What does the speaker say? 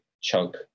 chunk